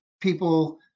people